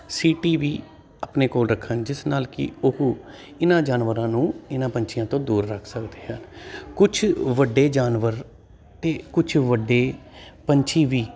ਸੀਟੀ ਵੀ ਆਪਣੇ ਕੋਲ ਰੱਖਣ ਜਿਸ ਨਾਲ ਕਿ ਉਹ ਇਹਨਾਂ ਜਾਨਵਰਾਂ ਨੂੰ ਇਹਨਾਂ ਪੰਛੀਆਂ ਤੋਂ ਦੂਰ ਰੱਖ ਸਕਦੇ ਆ ਕੁਛ ਵੱਡੇ ਜਾਨਵਰ ਅਤੇ ਕੁਛ ਵੱਡੇ ਪੰਛੀ ਵੀ